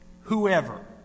whoever